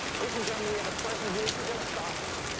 ladies and gentlemen, we have a president who isn't going to stop them.